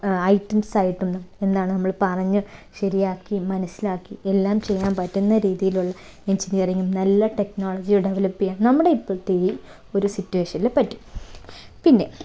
items ആയിട്ടൊന്നും എന്താണ് നമ്മൾ പറഞ്ഞ് ശരിയാക്കി മനസ്സിലാക്കി എല്ലാം ചെയ്യാൻ പറ്റുന്ന രീതിയിലുള്ള എൻജിനീയറിങ്ങും നല്ല ടെക്നോളജി ഡെവലപ്പ് ചെയ്യാൻ നമ്മുടെ ഇപ്പോഴത്തെ ഈ ഒരു സിറ്റുവേഷനിൽ പറ്റും പിന്നെ